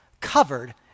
Covered